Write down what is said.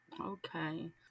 Okay